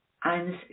eines